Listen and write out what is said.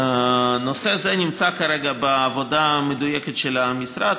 נושא זה נמצא כרגע בעבודה מדויקת של המשרד,